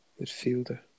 midfielder